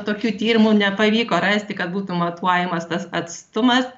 tokių tyrimų nepavyko rasti kad būtų matuojamas tas atstumas